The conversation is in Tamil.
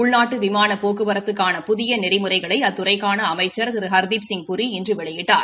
உள்நாட்டு விமான போக்குவரத்துக்கான புதிய நெறிமுறைகளை அத்துறைக்கான அமைச்சா் திரு ஹர்தீப்சிங் பூரி இன்று வெளியிட்டார்